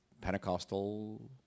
Pentecostal